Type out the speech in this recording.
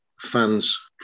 fans